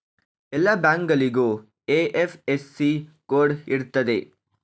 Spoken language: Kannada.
ಎಲ್ಲ ಬ್ಯಾಂಕ್ಗಳಿಗೂ ಐ.ಎಫ್.ಎಸ್.ಸಿ ಕೋಡ್ ಇರ್ತದೆ